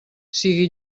sigui